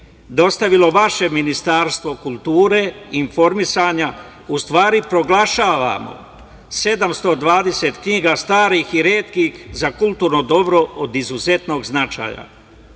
dostavilo vaše Ministarstvo kulture, informisanja, u stvari proglašavamo 720 knjiga starih i retkih za kulturno dobro od izuzetnog značaja.